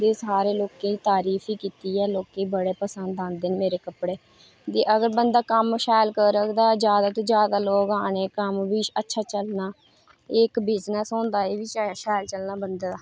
एह् सारें लोकें तारीफ ई कीती ऐ लोकें ई बड़े पसंद आंदे न मेरे कपड़े अगर बंदा शैल कम्म करग ते जादै कोला जादै बंदे आने कम्म बी अच्छा चलना एह् इक्क बिज़नेस होंदा एह्बी शैल चलना कम्म